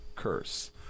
Curse